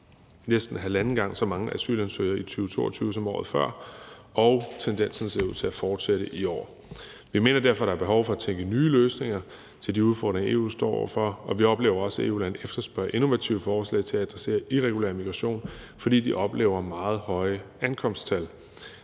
næsten halvanden gang så mange asylansøgere i 2022 som året før, og tendensen ser ud til at fortsætte i år. Vi mener derfor, der er behov for at tænke i nye løsninger på de udfordringer, EU står over for, og vi oplever også, at EU-landene efterspørger innovative forslag om at adressere irregulær migration, fordi de oplever meget høje ankomsttal.